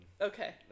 Okay